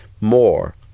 more